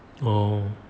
oh